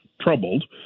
troubled